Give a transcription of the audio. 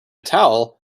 towel